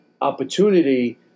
opportunity